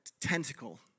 tentacle